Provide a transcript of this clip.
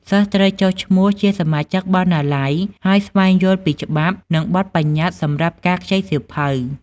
សិស្សត្រូវចុះឈ្មោះជាសមាជិកបណ្ណាល័យ ហើយស្វែងយល់ពីច្បាប់ និងបទប្បញ្ញត្តិសម្រាប់ការខ្ចីសៀវភៅ។